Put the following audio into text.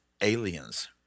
aliens